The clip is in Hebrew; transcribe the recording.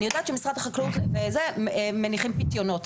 אני יודעת שמשרד החקלאות מניחים פיתיונות,